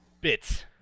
bits